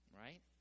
Right